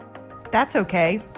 that's okay,